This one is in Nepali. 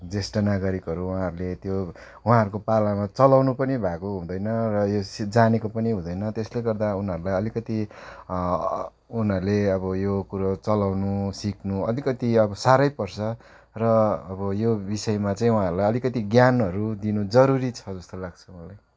ज्येष्ठ नागरिकहरू उहाँहरूले त्यो उहाँहरूको पालामा चलाउनु पनि भएको हुँदैन र यस जानेको पनि हुँदैन त्यसले गर्दा उनीहरूलाई अलिकति उनीहरूले अब यो कुरो चलाउनु सिक्नु अलिकति अब साह्रै पर्छ र अब यो विषयमा चाहिँ उहाँहरूलाई अलिकति ज्ञानहरू दिनु जरुरी छ जस्तो लाग्छ मलाई